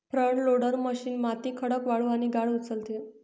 front loader machine माती, खडक, वाळू आणि गाळ उचलते